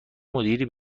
مدیری